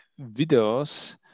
videos